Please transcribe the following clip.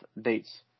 dates